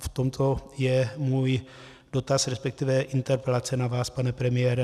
V tomto je můj dotaz, resp. interpelace na vás, pane premiére.